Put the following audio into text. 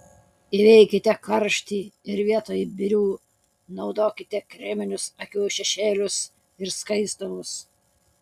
įveikite karštį ir vietoj birių naudokite kreminius akių šešėlius ir skaistalus